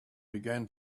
began